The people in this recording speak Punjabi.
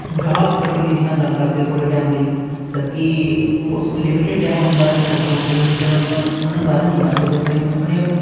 ਗਾਹਕ ਪ੍ਰਤਿਨਿਧੀ ਨਾਲ ਗੱਲ ਕਰਦੇ ਹੋ ਥੋੜ੍ਹੇ ਟਾਈਮ ਲਈ ਜਦੋਂ ਕਿ ਉਸ ਲਿਮਿਟਡ ਟਾਈਮ ਹੁੰਦਾ ਹੈ ਤੁਹਾਡੇ ਕੋਲ ਤੁਸੀਂ ਇੰਨੀ ਦੇਰ ਉਹਨਾਂ ਨਾਲ ਉਹਦੇ ਨਾਲ ਗੱਲ ਨਹੀਂ ਕਰ ਸਕਦੇ ਆਪਣੇ ਆਪਣੇ